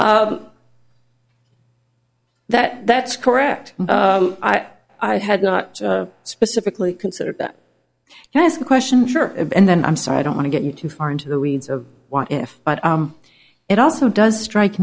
that that's correct i i had not specifically considered that last question sure and then i'm sorry i don't want to get you too far into the weeds of what if but it also does strike